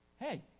Hey